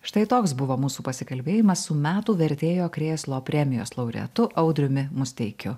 štai toks buvo mūsų pasikalbėjimas su metų vertėjo krėslo premijos laureatu audriumi musteikiu